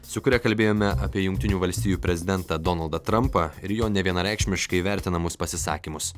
su kuria kalbėjome apie jungtinių valstijų prezidentą donaldą trampą ir jo nevienareikšmiškai vertinamus pasisakymus